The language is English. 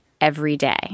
everyday